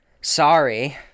Sorry